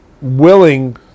willing